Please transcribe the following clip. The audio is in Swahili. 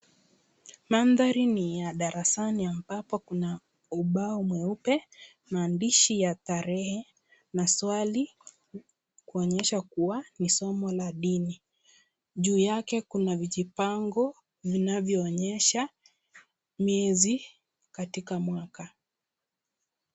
Mandhari ni ya darasani ambapo kuna ubao mweupe, maandishi ya tarehe, maswali kuonesha kuwa ni somo la dini, juu yake kuna vijipango vinavyoonesha miezi katika mwaka.